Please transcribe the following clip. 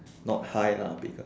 not high lah because